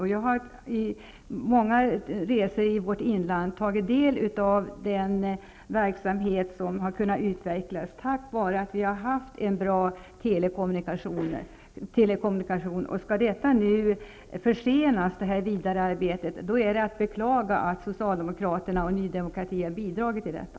Jag har under många resor i vårt inland tagit del av den verksamhet som har kunnat utvecklas tack vare att vi har haft bra telekommunikationer. Om vidarearbetet försenas, är det att beklaga att socialdemokraterna och Ny Demokrati har bidragit till detta.